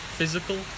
Physical